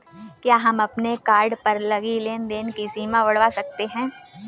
क्या हम हमारे कार्ड पर लगी लेन देन की सीमा बढ़ावा सकते हैं?